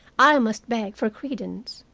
i must beg for credence.